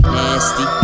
Nasty